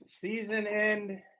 season-end